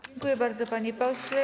Dziękuję bardzo, panie pośle.